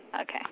Okay